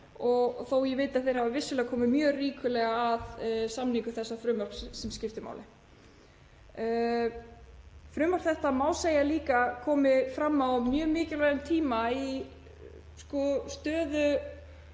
þótt ég viti að þeir hafi vissulega komið mjög ríkulega að samningu þessa frumvarps, sem skiptir máli. Frumvarp þetta má segja líka að komi fram á mjög mikilvægum tíma